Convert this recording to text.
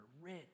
rich